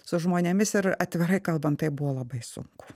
su žmonėmis ir atvirai kalbant tai buvo labai sunku